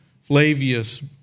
Flavius